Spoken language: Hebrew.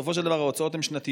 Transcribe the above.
בסופו של דבר, ההוצאות הן שנתיות,